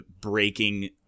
breaking